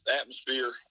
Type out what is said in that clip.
atmosphere